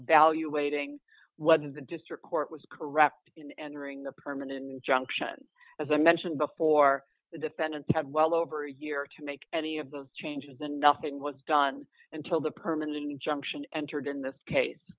valuating was the district court was correct in entering the permanent injunction as i mentioned before the defendant had well over a year to make any of those changes the nothing was done until the permanent injunction entered in this case